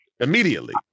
immediately